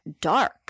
dark